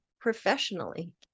professionally